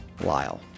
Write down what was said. Lyle